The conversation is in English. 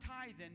tithing